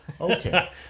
okay